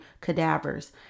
cadavers